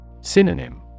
Synonym